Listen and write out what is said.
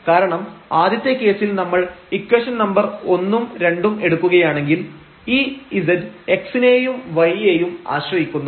കാരണം ആദ്യത്തെ കേസിൽ നമ്മൾ ഇക്വേഷൻ നമ്പർ 1 ഉം 2 ഉം എടുക്കുകയാണെങ്കിൽ ഈ z x നേയും y യേയും ആശ്രയിക്കുന്നു